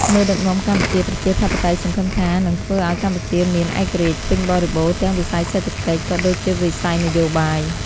មេដឹកនាំកម្ពុជាប្រជាធិបតេយ្យសង្ឃឹមថា នឹងធ្វើឱ្យកម្ពុជាមាន ឯករាជ្យពេញបរិបូរណ៍ទាំងវិស័យសេដ្ឋកិច្ច ក៏ដូចជាវិស័យនយោបាយ។